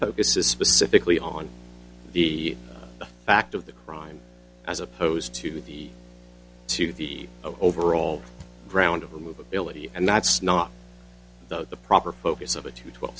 focuses specifically on the fact of the crime as opposed to the to the overall ground of a movability and that's not the proper focus of a two twelve